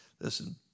Listen